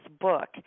book